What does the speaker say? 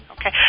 Okay